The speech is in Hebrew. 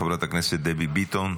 חברת הכנסת דבי ביטון,